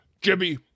Jimmy